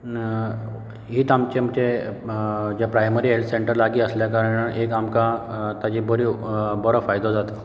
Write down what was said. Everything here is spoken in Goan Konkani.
हीच आमचे म्हणजे जे प्रायमरी हॅल्थ सॅंटर लागीं आसल्या कारणान एक आमकां ताचो बरो फायदो जाता